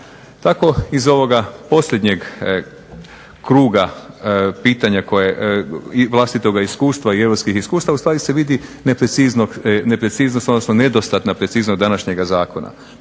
Tako iz ovog posljednjeg kruga pitanja koje i vlastitoga iskustva i europskih iskustava u stvari se vidi nepreciznost, odnosno nedostatna preciznost današnjeg zakona.